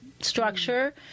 structure